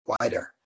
wider